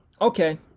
Okay